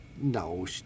no